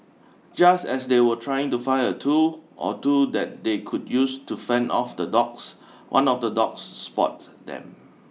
just as they were trying to find a tool or two that they could use to fend off the dogs one of the dogs spot them